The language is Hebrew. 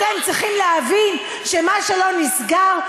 אתם צריכים להבין שמה שלא נסגר,